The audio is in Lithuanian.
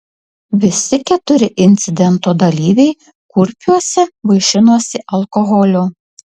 visi keturi incidento dalyviai kurpiuose vaišinosi alkoholiu